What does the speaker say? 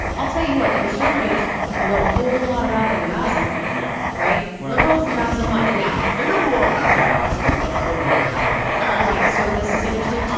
i'll tell you what, conservatives know a whole lot about benghazi. yeah, right. wherever else. not so much now they know more about benghazi, but i don't know if they have all the facts right. so this is interesting.